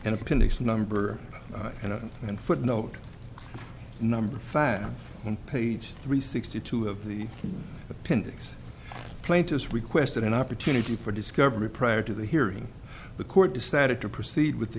appendix number and footnote number five on page three sixty two of the appendix plaintiffs requested an opportunity for discovery prior to the hearing the court decided to proceed with the